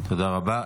תודה רבה.